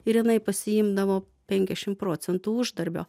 ir inai pasiimdavo penkiašim procentų uždarbio